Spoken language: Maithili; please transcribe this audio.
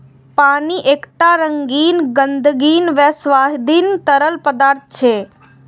पानि एकटा रंगहीन, गंधहीन आ स्वादहीन तरल पदार्थ छियै